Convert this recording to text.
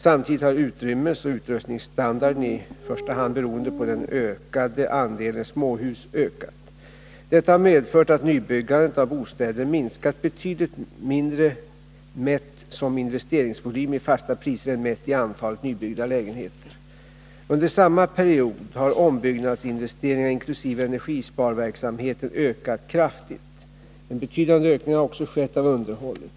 Samtidigt har utrymmesoch utrustningsstandarden, i första hand beroende på den ökade andelen småhus, ökat. Detta har medfört att nybyggandet av bostäder minskat betydligt mindre mätt som investeringsvolym i fasta priser än mätt i antal nybyggda lägenheter. Under samma period har ombyggnadsinvesteringarna inkl. energisparverksamheten ökat kraftigt. En betydande ökning har också skett av underhållet.